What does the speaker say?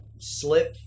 slip